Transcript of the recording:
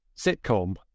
sitcom